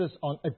on